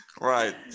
right